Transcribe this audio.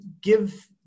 Give